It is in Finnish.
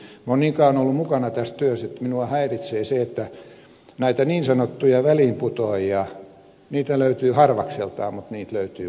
minä olen niin kauan ollut mukana tässä työssä että minua häiritsee se että näitä niin sanottuja väliinputoajia löytyy harvakseltaan mutta niitä löytyy koko ajan